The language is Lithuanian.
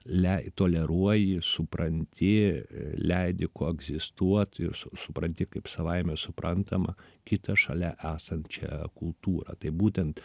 leidi toleruoji supranti leidi koegzistuot ir su supranti kaip savaime suprantamą kitą šalia esančią kultūrą tai būtent